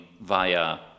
via